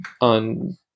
on